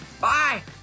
bye